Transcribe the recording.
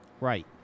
Right